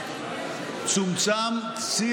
צומצם צי